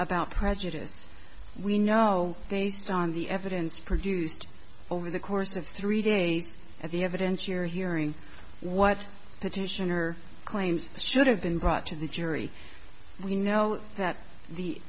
about prejudiced we know they stand the evidence produced over the course of three days at the evidence you're hearing what petitioner claims should have been brought to the jury we know that the